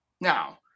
Now